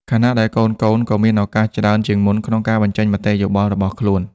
ខណៈដែលកូនៗក៏មានឱកាសច្រើនជាងមុនក្នុងការបញ្ចេញមតិយោបល់របស់ខ្លួន។